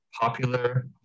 popular